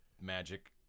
magic